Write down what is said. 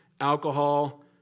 alcohol